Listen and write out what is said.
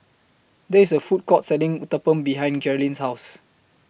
There IS A Food Court Selling Uthapam behind Geralyn's House